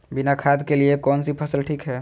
बिना खाद के लिए कौन सी फसल ठीक है?